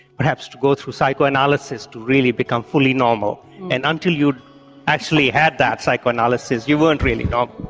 perhaps to go through psychoanalysis to really become fully normal and until you actually had that psychoanalysis you weren't really normal.